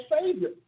savior